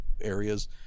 areas